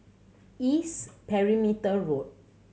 East Perimeter Road